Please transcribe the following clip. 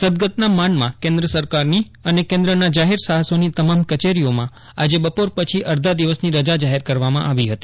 સ્વર્ગસ્થના માનમાં કેન્દ્ર સરકારની અને કેન્દ્રના જાહેર સાહસોની તમામ કચેરીઓમાં આજે બપોર પછી અર્ધા દિવસની રજા જાહેર કરી છે